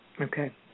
Okay